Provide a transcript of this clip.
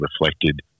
reflected